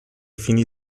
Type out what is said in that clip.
fini